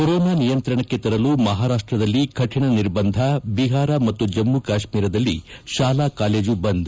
corona ನಿಯಂತ್ರಣಕ್ಕೆ ತರಲು ಮಹಾರಾಷ್ಟದಲ್ಲಿ ಕಠಿಣ ನಿರ್ಬಂಧ ಬಿಹಾರ ಮತ್ತು ಜಮ್ಮು ಕಾಶ್ವೀರದಲ್ಲಿ ಶಾಲಾ ಕಾಲೇಜು ಬಂದ್